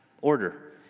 order